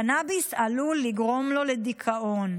קנביס עלול לגרום לו לדיכאון.